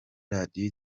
radiyo